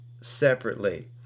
separately